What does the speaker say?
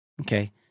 Okay